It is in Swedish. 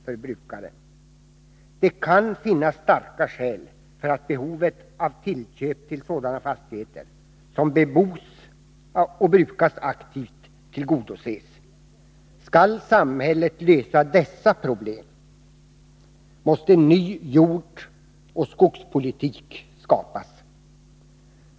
Det kan därför finnas starka skäl att tillgodose behovet av tillköp till sådana fastigheter som bebos och brukas aktivt. Men om samhället skall kunna lösa dessa problem, måste en ny jordbruksoch skogspolitik skapas.